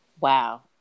Wow